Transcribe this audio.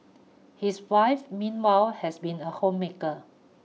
his wife meanwhile has been a homemaker